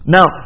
Now